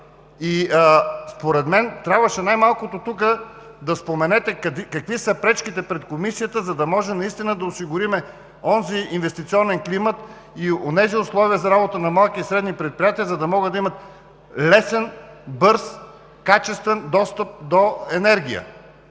Според мен трябваше най-малкото тук да споменете какви са пречките пред Комисията, за да може наистина да осигурим онзи инвестиционен климат и онези условия за работа на малки и средни предприятия, за да могат да имат лесен, бърз и качествен достъп до енергия.